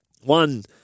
One